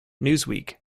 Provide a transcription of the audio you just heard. newsweek